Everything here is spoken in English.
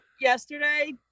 yesterday